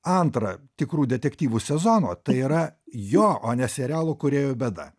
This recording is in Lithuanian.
antra tikrų detektyvų sezono tai yra jo o ne serialo kūrėjų bėda